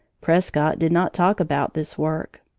prescott did not talk about this work.